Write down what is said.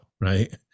right